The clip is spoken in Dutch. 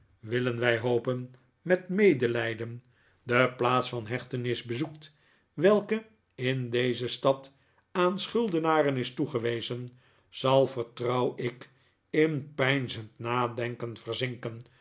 willen wij hopen met medelijden de plaats van hechtenis bezoekt welke in deze stad aan schuldenaren is toegewezen zal vertrouw ik in peinzend nadenken verzinken